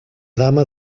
dama